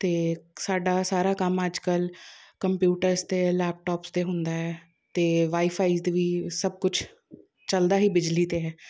ਅਤੇ ਸਾਡਾ ਸਾਰਾ ਕੰਮ ਅੱਜ ਕੱਲ੍ਹ ਕੰਪਿਊਟਰਸ ਅਤੇ ਲੈਪਟੋਪਸ 'ਤੇ ਹੁੰਦਾ ਹੈ ਅਤੇ ਵਾਈਫਾਈਸ ਦੀ ਵੀ ਸਭ ਕੁਛ ਚਲਦਾ ਹੀ ਬਿਜਲੀ 'ਤੇ ਹੈ